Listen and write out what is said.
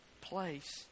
place